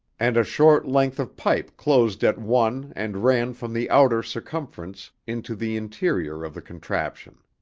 and a short length of pipe closed at one and ran from the outer circumference into the interior of the contraption.